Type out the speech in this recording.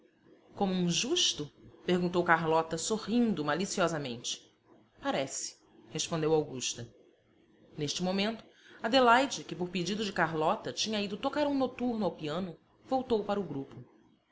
como um justo perguntou carlota sorrindo maliciosamente parece respondeu augusta neste momento adelaide que por pedido de carlota tinha ido tocar um noturno ao piano voltou para o grupo